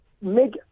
Make